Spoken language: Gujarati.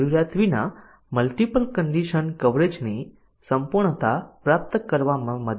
તેથી ડીસીઝન કવરેજ પ્રાપ્ત થાય છે